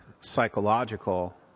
psychological